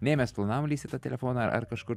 nei mes planavom lįst į tą telefoną ar kažkur